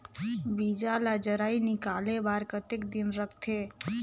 बीजा ला जराई निकाले बार कतेक दिन रखथे?